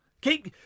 Keep